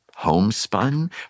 homespun